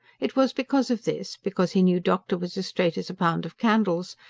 it was because of this, because he knew doctor was as straight as a pound of candles,